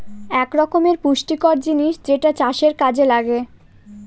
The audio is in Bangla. এক রকমের পুষ্টিকর জিনিস যেটা চাষের কাযে লাগে